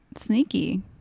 sneaky